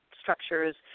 structures